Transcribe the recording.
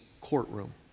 courtroom